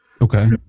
Okay